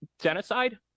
genocide